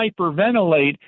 hyperventilate